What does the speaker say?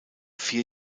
vier